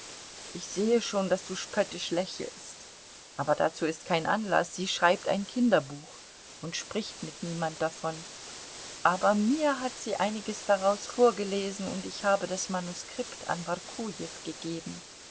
ich sehe schon daß du spöttisch lächelst aber dazu ist kein anlaß sie schreibt ein kinderbuch und spricht mit niemand davon aber mir hat sie einiges daraus vorgelesen und ich habe das manuskript an workujew gegeben